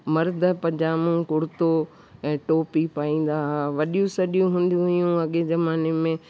मर्द पजामो कुर्तो ऐं टोपी पाईंदा हा वॾियूं सॾियूं हुंदियूं हुइयूं अॻिए जमाने में